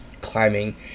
climbing